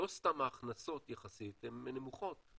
לא סתם ההכנסות יחסית הן נמוכות.